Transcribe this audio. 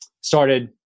started